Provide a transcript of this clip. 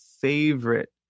favorite